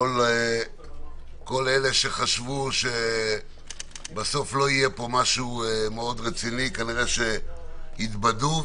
כל אלה שחשבו שבסוף לא יהיה פה משהו מאוד רציני כנראה שהתבדו.